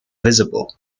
visible